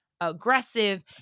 aggressive